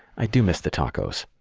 i do miss the tacos!